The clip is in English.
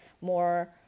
more